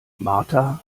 martha